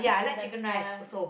the ya